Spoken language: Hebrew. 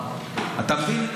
אתה מבין?